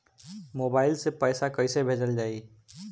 Mobile से पैसा कैसे भेजल जाइ?